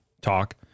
talk